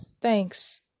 thanks